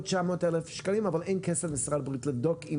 900 אלף שקלים אבל אין למשרד הבריאות כסף לבדוק?